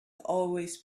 always